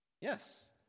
Yes